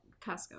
Costco